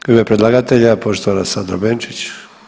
U ime predlagatelja poštovana Sandra Benčić.